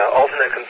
alternate